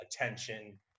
attention